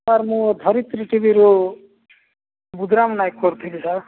sir ମୁଁ ଧରିତ୍ରୀ ଟିଭିରୁ ବୁଦ୍ରାମ୍ ନାୟକ କରୁଥିଲି ସାର୍